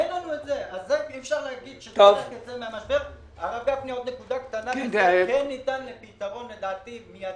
עוד נקודה קטנה שלדעתי ניתנת לפתרון מיידי.